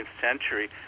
century